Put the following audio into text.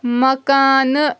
مکانہٕ